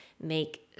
make